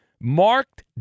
Marked